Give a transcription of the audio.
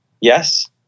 yes